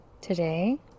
today